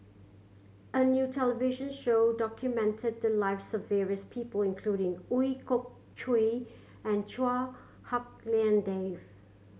a new television show documented the lives of various people including Ooi Kok Chuen and Chua Hak Lien Dave